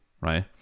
right